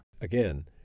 Again